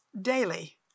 daily